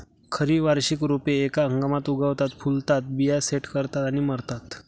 खरी वार्षिक रोपे एका हंगामात उगवतात, फुलतात, बिया सेट करतात आणि मरतात